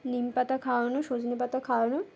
নিম পাতা খাওয়ানো সজনে পাতা খাওয়ানো